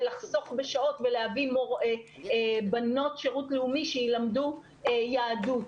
לחסוך בשעות ולהביא בנות שירות לאומי שילמדו יהדות.